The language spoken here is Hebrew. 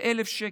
ב-1,000 שקלים.